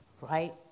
Right